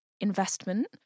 investment